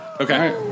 Okay